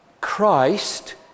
Christ